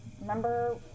Remember